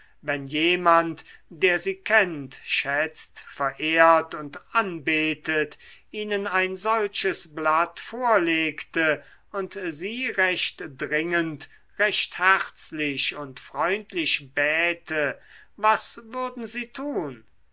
wenn jemand der sie kennt schätzt verehrt und anbetet ihnen ein solches blatt vorlegte und sie recht dringend recht herzlich und freundlich bäte was würden sie tun